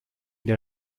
der